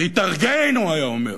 "להתארגיין", הוא היה אומר,